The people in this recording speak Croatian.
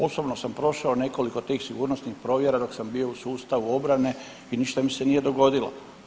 Osobno sam prošao nekoliko tih sigurnosnih provjera dok sam bio u sustavu obrane i ništa mi se nije dogodilo.